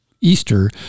easter